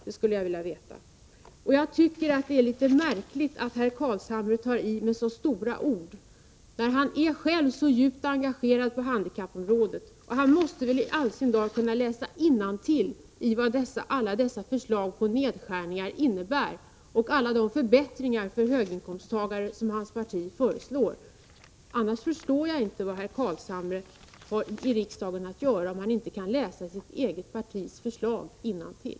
Det skulle jag vilja veta. Jag tycker att det är litet märkligt att herr Carlshamre tar till så stora ord, när han själv är så djupt engagerad på handikappområdet. Han måste väl i all sin dar kunna läsa innantill och komma fram till vad alla dessa förslag till nedskärningar innebär och upptäcka alla de förbättringar för höginkomsttagare som hans parti föreslår. Jag förstår inte vad herr Carlshamre har i riksdagen att göra, om han inte kan läsa sitt eget partis förslag innantill.